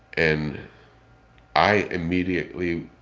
and i immediately